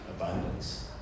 abundance